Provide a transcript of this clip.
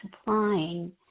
supplying